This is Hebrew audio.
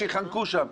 שייחנקו שם.